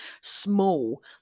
small